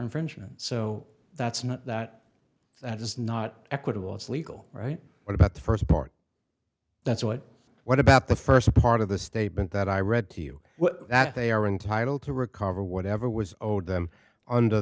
infringement so that's not that that is not equitable it's legal right what about the first part that's what what about the first part of the statement that i read to you that they are entitled to recover whatever was owed them under